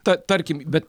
tad tarkim bet